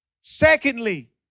Secondly